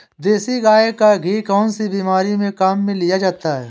देसी गाय का घी कौनसी बीमारी में काम में लिया जाता है?